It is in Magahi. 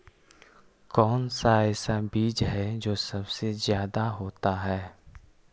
कौन सा ऐसा बीज है जो सबसे ज्यादा होता है?